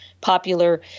popular